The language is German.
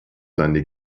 seine